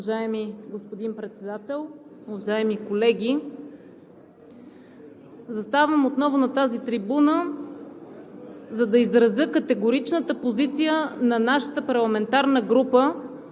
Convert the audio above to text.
Уважаеми господин Председател, уважаеми колеги! Заставам отново на тази трибуна, за да изразя категоричната позиция на нашата парламентарна група,